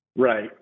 Right